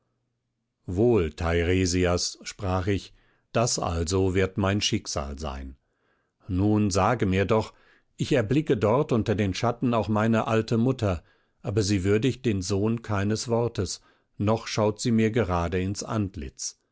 teiresias sprach ich das also wird mein schicksal sein nun sage mir doch ich erblicke dort unter den schatten auch meine alte mutter aber sie würdigt den sohn keines wortes noch schaut sie mir gerade ins antlitz